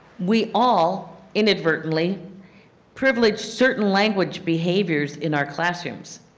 we all inadvertently privilege certain language behaviors in our classrooms.